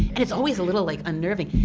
and it's always a little like unnerving.